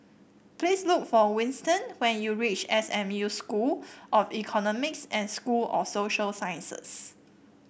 please look for Winston when you reach S M U School of Economics and School of Social Sciences